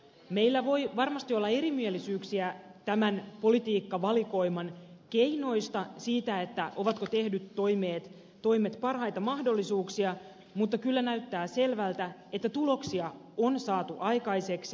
meillä voi varmasti olla erimielisyyksiä tämän politiikkavalikoiman keinoista siitä ovatko tehdyt toimet parhaita mahdollisia mutta kyllä näyttää selvältä että tuloksia on saatu aikaiseksi